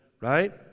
Right